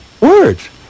words